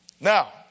Now